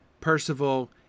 Percival